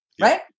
right